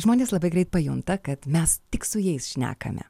žmonės labai greit pajunta kad mes tik su jais šnekame